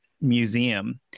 Museum